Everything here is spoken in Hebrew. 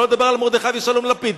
לא לדבר על מרדכי ושלום לפיד,